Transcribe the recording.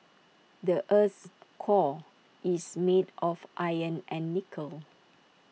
the Earth's core is made of iron and nickel